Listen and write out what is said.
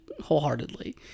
wholeheartedly